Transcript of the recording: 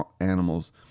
animals